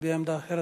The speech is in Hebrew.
להביע עמדה אחרת.